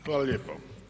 Hvala lijepo.